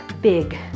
big